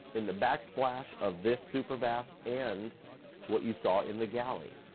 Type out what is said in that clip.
in the back splash of this super bath, and what you saw in the galley.